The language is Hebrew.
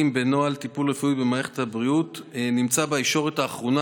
במהלך טיפול רפואי במערכת הבריאות נמצא בישורת האחרונה,